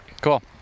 cool